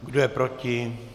Kdo je proti?